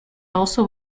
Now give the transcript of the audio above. also